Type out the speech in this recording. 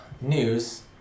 news